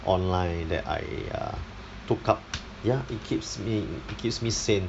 online that I uh took up ya it keeps me it keeps me sane